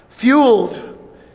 fueled